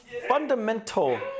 fundamental